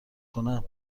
کنم